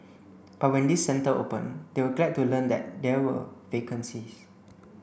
but when this centre opened they were glad to learn that there were vacancies